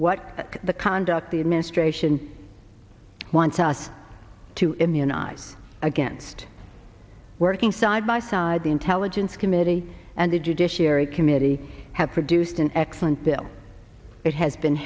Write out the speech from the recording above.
what the conduct the administration wants us to immunize against working side by side the intelligence committee and the judiciary committee has produced an excellent bill it has been